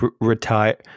Retire